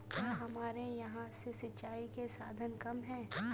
क्या हमारे यहाँ से सिंचाई के साधन कम है?